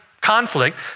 conflict